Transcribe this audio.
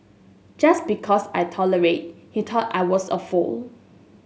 just because I tolerated he thought I was a fool